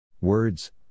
Words